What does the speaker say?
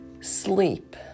Sleep